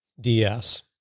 ds